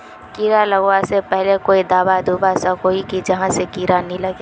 कीड़ा लगवा से पहले कोई दाबा दुबा सकोहो ही जहा से कीड़ा नी लागे?